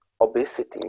obesity